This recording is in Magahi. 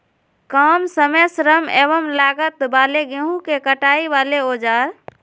काम समय श्रम एवं लागत वाले गेहूं के कटाई वाले औजार?